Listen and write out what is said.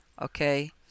okay